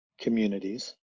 communities